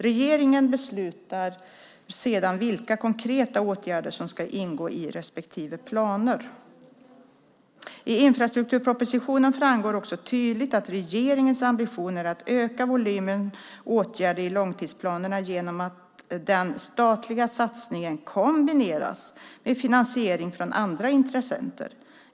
Regeringen beslutar sedan vilka konkreta åtgärder som ska ingå i respektive planer. I infrastrukturpropositionen framgår också tydligt att regeringens ambition är att öka volymen åtgärder i långtidsplanerna genom att den statliga satsningen kombineras med finansiering från andra intressenter.